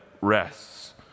rests